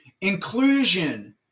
inclusion